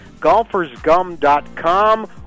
GolfersGum.com